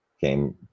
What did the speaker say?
came